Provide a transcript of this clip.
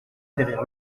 derrière